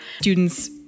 students